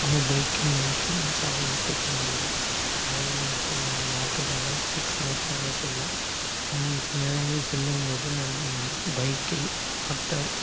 நம்ப பைக்கை மெயின்டைன்ஸ்சாக வைத்துக்கொள்ள வேண்டும் ஆயில் மற்றும் அதை மாற்றி கொண்டாள் பைக் சுமுத்தாக செல்லும் நம் செல்லவேண்டிய செல்லும் போது நம் பைக்கில் வாட்டர்